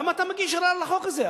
למה אתה מגיש ערר על החוק הזה?